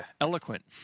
eloquent